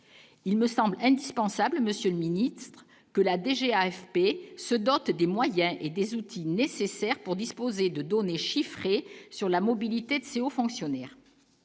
il me semble indispensable, Monsieur le Ministre, que la DGA AFP se dote des moyens et des outils nécessaires pour disposer de données chiffrées sur la mobilité de c'est aux fonctionnaires